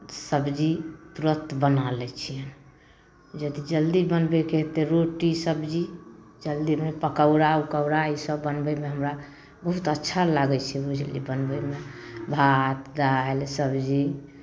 सब्जी तुरन्त बना लै छियनि जदि जल्दी बनबैके हइ तऽ रोटी सब्जी तऽ जल्दीमे पकौड़ा उकौड़ा ईसभ बनबैमे हमरा बहुत अच्छा लागै छै बुझलियै बनबैमे भात दालि सब्जी